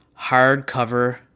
hardcover